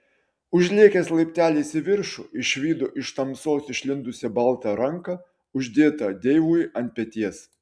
užlėkęs laipteliais į viršų išvydo iš tamsos išlindusią baltą ranką uždėtą deivui ant peties